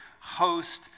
host